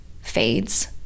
fades